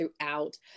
throughout